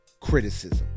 criticism